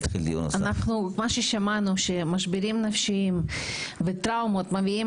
שמענו שמשברים נפשיים וטראומות מביאים